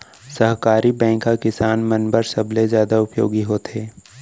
सहकारी बैंक ह किसान मन बर सबले जादा उपयोगी होथे